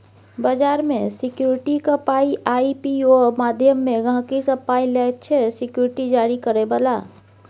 बजार मे सिक्युरिटीक पाइ आइ.पी.ओ माध्यमे गहिंकी सँ पाइ लैत छै सिक्युरिटी जारी करय बला